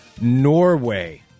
Norway